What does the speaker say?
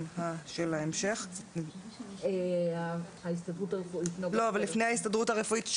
לפני ההסתדרות הרפואית,